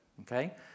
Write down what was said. okay